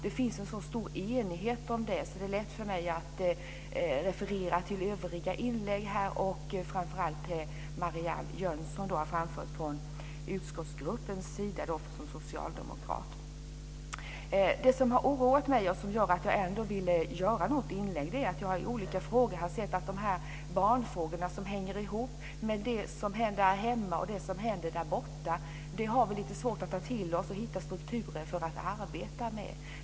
Det är lätt för mig att referera till övriga inlägg, framför allt vad Marianne Jönsson har framfört från den socialdemokratiska utskottsgruppens sida. Det som oroar mig och som gör att jag vill framföra detta inlägg är att jag i olika frågor har sett att barnfrågorna som hänger ihop med det som händer här hemma och det som händer därborta är svårt att ta till sig och hitta strukturer för att arbeta med.